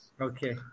Okay